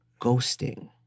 ghosting